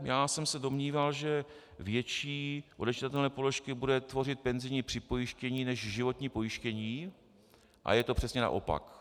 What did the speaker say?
Já jsem se domníval, že větší odečitatelné položky bude tvořit penzijní připojištění než životní pojištění, a je to přesně naopak.